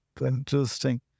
Interesting